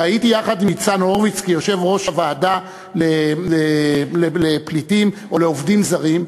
והייתי יחד עם ניצן הורוביץ כיושב-ראש הוועדה לפליטים או לעובדים זרים,